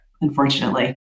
unfortunately